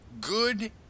good